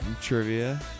trivia